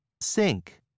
sink